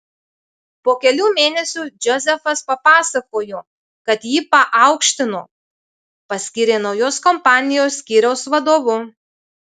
po kelių mėnesių džozefas papasakojo kad jį paaukštino paskyrė naujos kompanijos skyriaus vadovu